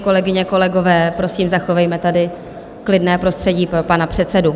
Kolegyně a kolegové, prosím, zachovejme tady klidné prostředí pro pana předsedu.